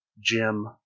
Jim